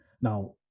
Now